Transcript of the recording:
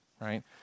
right